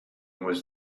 was